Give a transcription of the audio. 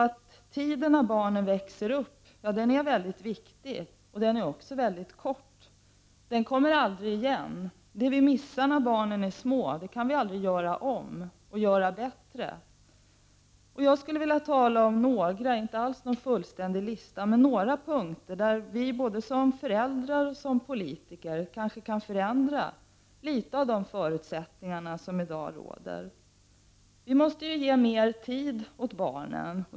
Tiden när barnen växer upp är mycket viktig och mycket kort. Den tiden kommer aldrig igen; det vi missar när barnen är små kan vi aldrig göra om och göra bättre. Jag vill ta upp några punkter — inte alls en fullständig lista — där vi både som föräldrar och som politiker kan förändra litet av de förutsättningar som i dag råder. Vi måste ge mer tid åt barnen.